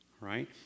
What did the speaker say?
right